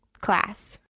class